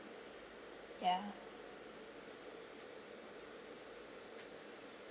ya